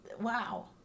wow